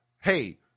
hey